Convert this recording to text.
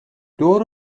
دور